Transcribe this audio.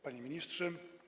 Panie Ministrze!